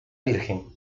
virgen